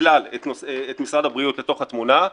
כלל את משרד הבריאות לתוך התמונה,